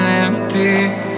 empty